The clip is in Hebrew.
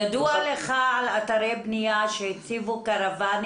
ידוע לך על אתרי בנייה שהציבו קרוונים